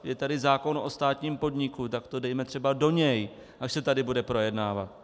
Je tady zákon o státním podniku, tak to dejme třeba do něj, až se tady bude projednávat.